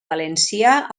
valencià